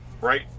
right